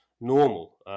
normal